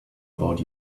about